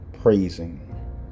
praising